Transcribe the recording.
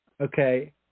Okay